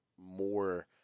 more